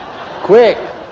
Quick